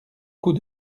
coup